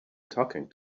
talking